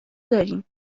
داریم